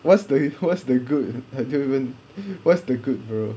what's the what's the good I can't even what's the good bro